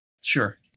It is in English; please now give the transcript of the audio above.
sure